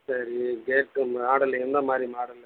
சரி கேட்டு மாடல் என்ன மாதிரி மாடலில் வேணும்